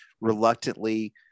reluctantly